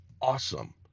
awesome